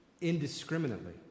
indiscriminately